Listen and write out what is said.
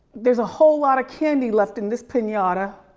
there's a whole lot of candy left in this pinada.